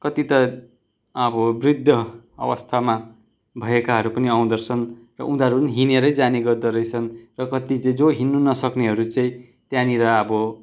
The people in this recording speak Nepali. कति त अब वृद्ध अवस्थामा भएकाहरू पनि आउँदो रहेछन् र उनीहरू पनि हिँडेरै जाने गर्दो रहेछन् र कति चाहिँ जो हिँड्नु नसक्नेहरू चाहिँ त्यहाँनिर अब